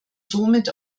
somit